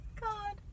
God